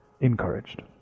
encouraged